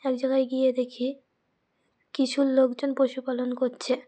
এক জায়গায় গিয়ে দেখি কিছুর লোকজন পশুপালন করছে